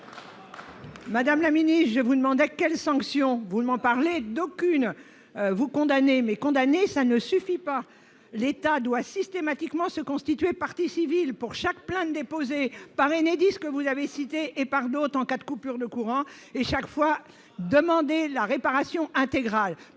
Madame la ministre, je vous demandais quelles sanctions vous comptiez appliquer. Vous ne me parlez d'aucunes ! Vous condamnez, mais condamner ne suffit pas. L'État doit systématiquement se constituer partie civile pour chaque plainte déposée par Enedis, que vous avez cité, et par d'autres en cas de coupure de courant et, à chaque fois, demander la réparation intégrale.